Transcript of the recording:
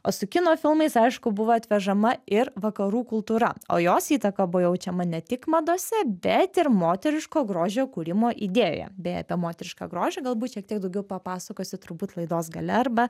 o su kino filmais aišku buvo atvežama ir vakarų kultūra o jos įtaka buvo jaučiama ne tik madose bet ir moteriško grožio kūrimo idėjoje beje apie moterišką grožį galbūt šiek tiek daugiau papasakosiu turbūt laidos gale arba